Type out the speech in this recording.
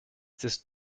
ist